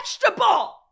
vegetable